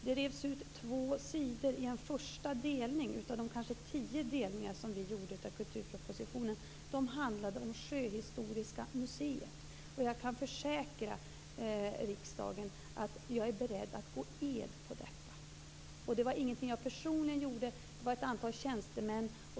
Det revs ut två sidor i en första delning av de kanske tio delningar som vi gjorde av kulturpropositionen. De handlade om Sjöhistoriska museet. Jag kan försäkra riksdagen att jag är beredd att gå ed på detta. Det var ingenting som jag personligen gjorde utan ett antal tjänstemän.